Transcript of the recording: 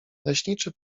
leśniczy